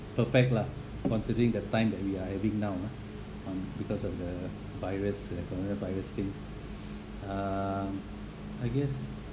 perfect lah considering the time that we are having now ah because of the virus coronavirus thing uh I guess